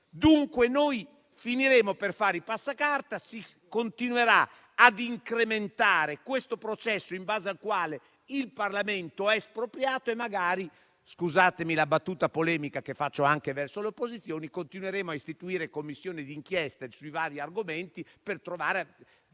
Dunque finiremo per fare i passacarte; si continuerà ad incrementare questo processo in base al quale il Parlamento è espropriato e magari - scusatemi la battuta polemica che faccio anche verso le opposizioni - continueremo a istituire Commissioni d'inchiesta sui vari argomenti per provare